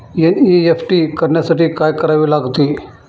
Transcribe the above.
NEFT करण्यासाठी काय करावे लागते?